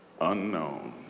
unknown